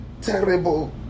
terrible